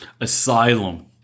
Asylum